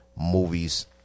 Movies